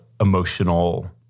emotional